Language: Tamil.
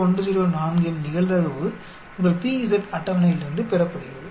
0104 இன் நிகழ்தகவு உங்கள் p z அட்டவணையில் இருந்து பெறப்படுகிறது